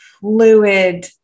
Fluid